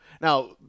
Now